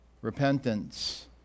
repentance